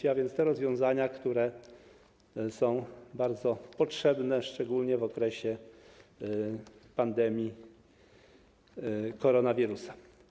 Chodzi więc o rozwiązania, które są bardzo potrzebne, szczególnie w okresie pandemii koronawirusa.